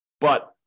But-